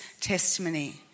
testimony